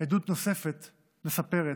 עדות נוספת מספרת: